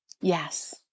Yes